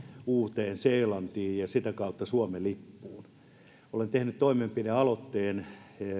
uuteen seelantiin ja sitä kautta suomen lippuun olen tehnyt toimenpidealoitteen